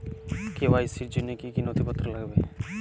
KYC র জন্য কি কি নথিপত্র লাগবে?